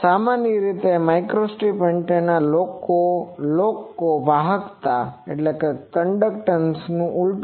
સામાન્ય રીતે આ માઇક્રોસ્ટ્રીપ એન્ટેનાને લોકો વાહકતાનું ઊલટું કહે છે